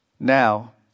Now